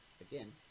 again